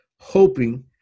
hoping